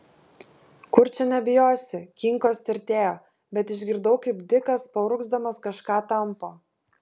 kur čia nebijosi kinkos tirtėjo bet išgirdau kaip dikas paurgzdamas kažką tampo